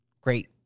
great